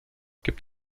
gibt